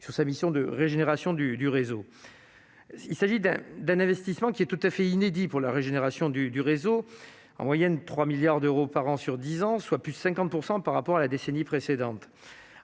sur sa mission de régénération du du réseau, il s'agit d'un d'un investissement qui est tout à fait inédit pour la régénération du réseau en moyenne 3 milliards d'euros par an sur 10 ans, soit plus de 50 % par rapport à la décennie précédente,